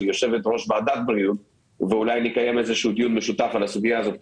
יושבת-ראש ועדת בריאות ואולי נקיים דיון משותף בסוגיה כי